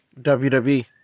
WWE